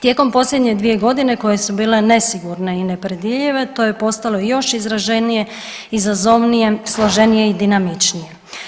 Tijekom posljednje 2.g. koje su bile nesigurne i nepredvidljive to je postalo još izraženije, izazovnije, složenije i dinamičnije.